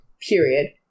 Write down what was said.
period